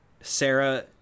Sarah